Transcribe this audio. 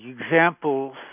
examples